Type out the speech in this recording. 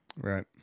Right